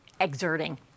exerting